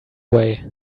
way